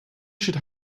should